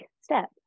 step